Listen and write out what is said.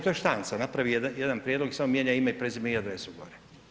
To je štanca, napravi jedan prijedlog i samo mijenja ime, prezime i adresu gore.